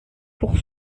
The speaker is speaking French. pour